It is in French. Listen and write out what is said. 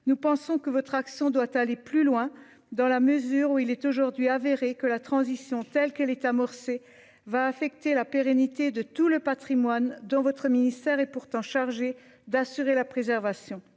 nous pensons que votre accent doit aller plus loin dans la mesure où il est aujourd'hui avéré que la transition, telle qu'elle est amorcée va affecter la pérennité de tout le Patrimoine dont votre ministère et pourtant chargé d'assurer la préservation